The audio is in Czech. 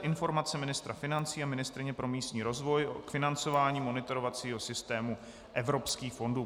Informace ministra financí a ministryně pro místní rozvoj k financování monitorovacího systému evropských fondů